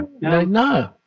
No